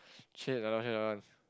one